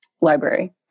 library